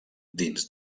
dins